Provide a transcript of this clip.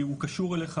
כי הם קשורים אליך